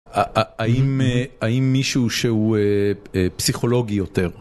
האם... האם מישהו שהוא פסיכולוגי יותר?